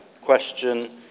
question